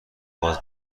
باز